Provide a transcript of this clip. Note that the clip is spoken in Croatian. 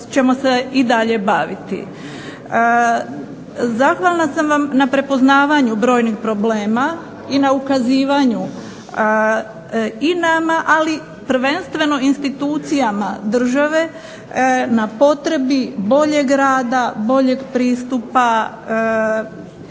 ćemo se i dalje baviti. Zahvalna sam vam na prepoznavanju brojnih problema i na ukazivanju i nama ali prvenstveno institucijama države na potrebi boljeg rada, boljeg pristupa,